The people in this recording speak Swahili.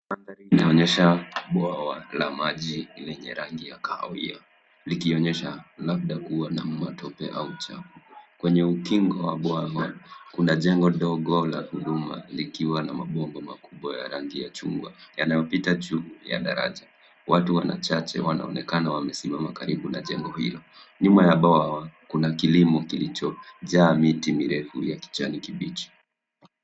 Mandhari linaonyesha bwawa la maji lenye rangi ya kahawia likonyesha labda kuwa na matope au uchafu. Kwenye ukingo wa bwawa, kuna jengo dogo la huduma likiwa na mabomba makubwa ya rangi ya chungwa yanayopita juu ya daraja. Watu wachache wanaonekana wamesimama karibu na jengo hilo. Nyuma ya bwawa kuna kilimo kilichojaa miti mirefu ya kijani kibichi.